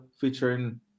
featuring